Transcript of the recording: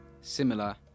similar